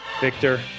victor